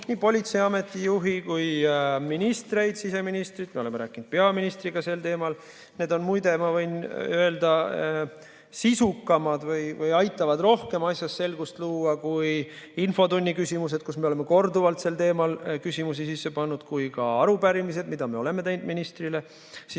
nii Politseiameti juhi kui ka ministreid, siseministrit, me oleme rääkinud peaministriga sel teemal. Need on muide, ma võin öelda, sisukamad või aitavad rohkem asjas selgust luua kui infotunni küsimused, kus me oleme korduvalt sel teemal küsimusi sisse pannud, ja ka arupärimised, mida me oleme teinud ministrile, ka